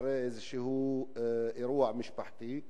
אחרי אירוע משפחתי,